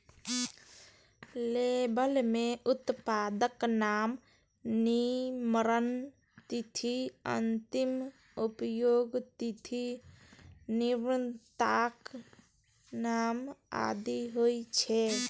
label मे उत्पादक नाम, निर्माण तिथि, अंतिम उपयोगक तिथि, निर्माताक नाम आदि होइ छै